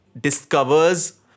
discovers